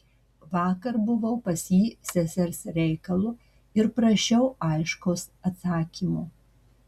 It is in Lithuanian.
vakar buvau pas jį sesers reikalu ir prašiau aiškaus atsakymo